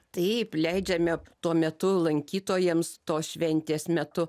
taip leidžiame tuo metu lankytojams tos šventės metu